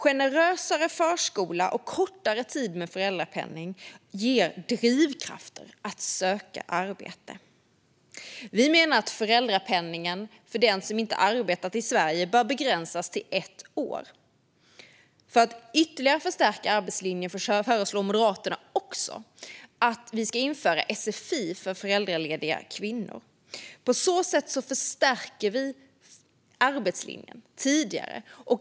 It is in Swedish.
Generösare förskola och kortare tid med föräldrapenning ger drivkrafter att söka arbete. Vi menar att föräldrapenningen för den som inte har arbetat i Sverige bör begränsas till ett år. För att ytterligare förstärka arbetslinjen föreslår Moderaterna också att vi ska införa sfi för föräldralediga kvinnor. På så sätt förstärker vi arbetslinjen tidigare.